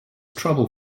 trouble